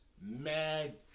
mad